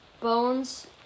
Bones